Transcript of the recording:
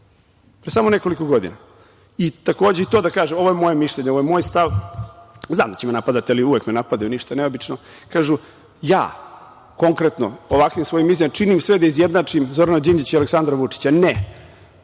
Pre samo nekoliko godina. Takođe i to da kažem, ovo je moje mišljenje, ovo je moj stav. Znam da će me napadati, uvek me napadaju, ništa ne obično. Kažu da ja konkretno ovakvim svojim izjavama činim sve da izjednačim Zorana Đinđića i Aleksandra Vučića. Ne,